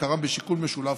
עיקרם בשיקול משולב,